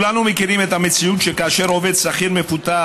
כולנו מכירים את המציאות שכאשר עובד שכיר מפוטר,